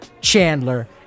Chandler